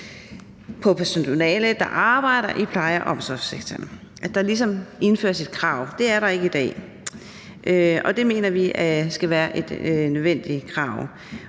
på personale, der arbejder i pleje- og omsorgssektoren, altså at der ligesom indføres et krav. Det er der ikke i dag, og det mener vi skal være et nødvendigt krav,